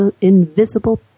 invisible